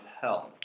health